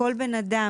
שכל בן אדם,